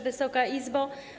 Wysoka Izbo!